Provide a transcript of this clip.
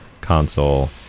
console